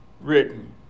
written